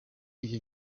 ibyo